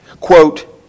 Quote